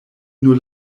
nur